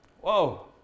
Whoa